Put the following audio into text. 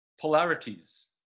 polarities